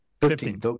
Fifteen